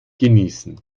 genießen